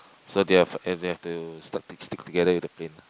so they have and they have to stuck stick together with the plane